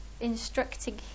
instructing